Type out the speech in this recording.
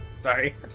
Sorry